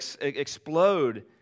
explode